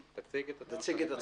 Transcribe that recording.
אבל תציג את עצמך.